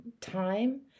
time